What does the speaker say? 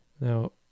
Now